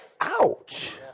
ouch